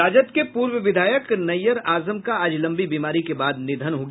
राजद के पूर्व विधायक नैयर आजम का आज लंबी बीमारी के बाद निधन हो गया